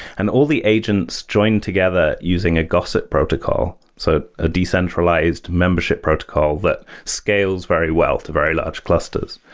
and all the agents join together using a gossip protocol, so a decentralized membership protocol that scales very well to very large clusters.